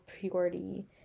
purity